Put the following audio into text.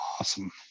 awesome